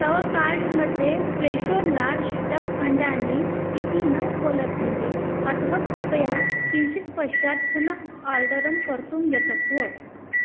तव कार्ट् मध्ये फ़्रेशो लार्ज् डक् अण्डानि इति न उपलभ्यते अतः कृपया किञ्चित् पश्चात् पुनः आर्डरं कर्तुं यतस्व